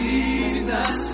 Jesus